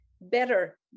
better